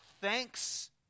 thanks